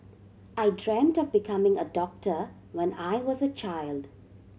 I dreamt of becoming a doctor when I was a child